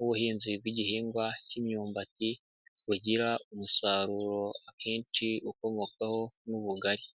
ubuhinzi bw'igihingwa cy'imyumbati bugira umusaruro akenshi ukomokaho n'ubugari.